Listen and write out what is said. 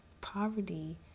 Poverty